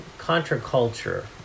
Contra-culture